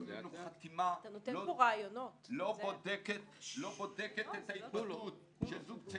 לא בודקת זוג צעיר,